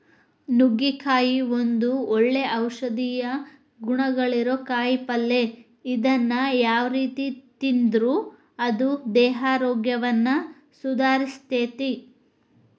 ನುಗ್ಗಿಕಾಯಿ ಒಂದು ಒಳ್ಳೆ ಔಷಧೇಯ ಗುಣಗಳಿರೋ ಕಾಯಿಪಲ್ಲೆ ಇದನ್ನ ಯಾವ ರೇತಿ ತಿಂದ್ರು ಅದು ದೇಹಾರೋಗ್ಯವನ್ನ ಸುಧಾರಸ್ತೆತಿ